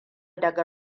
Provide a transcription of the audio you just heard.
daga